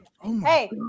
Hey